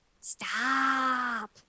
Stop